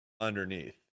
underneath